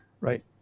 right